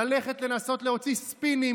ללכת ולנסות להוציא ספינים,